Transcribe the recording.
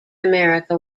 america